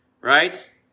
Right